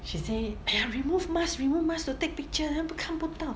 she say !aiya! remove mask remove mask to take picture then 不看不到